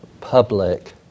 public